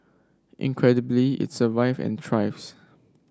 incredibly it survived and thrives